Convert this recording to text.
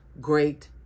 great